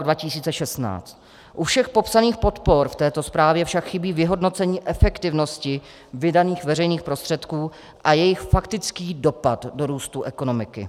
U všech popsaných podpor v této zprávě však chybí vyhodnocení efektivnosti vydaných veřejných prostředků a jejich faktický dopad do růstu ekonomiky.